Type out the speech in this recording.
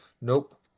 nope